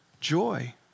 joy